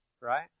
right